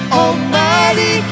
almighty